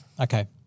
Okay